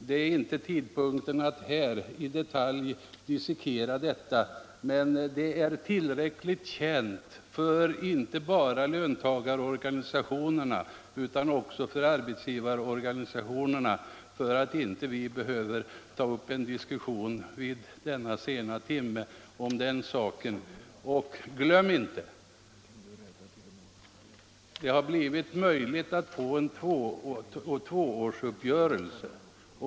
Detta är inte tidpunkten att i detalj dissekera denna fråga, och dessa förhållanden är så kända inte bara för löntagarorganisationerna utan också för arbetsgivarorganisationerna att vi inte behöver ta upp en diskussion vid denna sena timme om den saken. Och glöm inte: det har blivit möjligt att få en tvåårsuppgörelse.